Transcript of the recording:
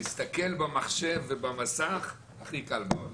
להסתכל במחשב ובמסך הכי קל בעולם.